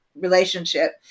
relationship